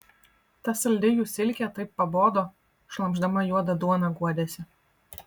ta saldi jų silkė taip pabodo šlamšdama juodą duoną guodėsi